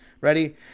Ready